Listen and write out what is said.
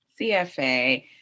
CFA